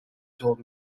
told